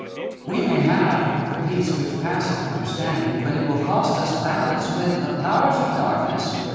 we may have the peace which passeth understanding, but it will cost us battles with the powers of darkness,